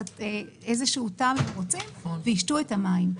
איזה טעם שהם רוצים וישתו את המים.